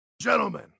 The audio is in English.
gentlemen